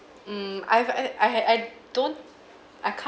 mm I've I I had I don't I can't